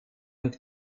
und